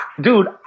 Dude